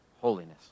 holiness